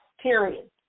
Period